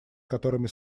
которыми